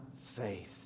faith